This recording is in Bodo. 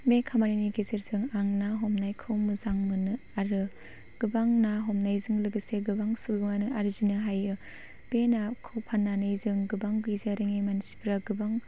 बे खामानिनि गेजेरजों आं ना हमनायखौ मोजां मोनो आरो गोबां ना हमनायजों लोगोसे गोबां सुबुंआनो आर्जिनो हायो बे नाखौ फाननानै जों गोबां गैजा रोङै मानसिफोरा गोबां